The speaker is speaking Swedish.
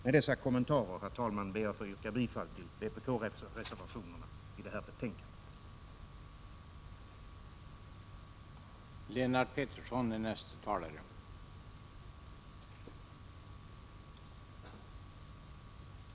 Med dessa kommentarer, herr talman, ber jag att få yrka bifall till vpk-reservationerna i detta betänkandet.